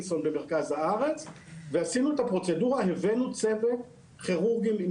הצילו ארבעה אנשים במרכז שלהם לצנתור מוח.